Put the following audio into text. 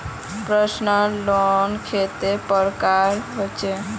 Personal loan कतेला प्रकारेर होचे?